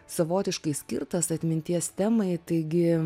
savotiškai skirtas atminties temai taigi